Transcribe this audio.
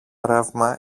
ρεύμα